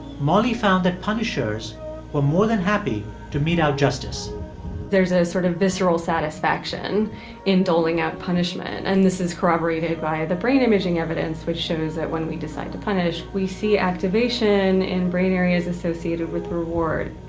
molly found that punishers were more than happy to mete out justice there's a sort of visceral satisfaction in doling out punishment. and this is corroborated by the brain imaging evidence, which shows that when we decide to punish, we see activation in brain areas associated with reward